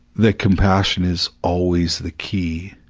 the compassion is always the key.